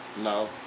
No